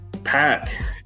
Pack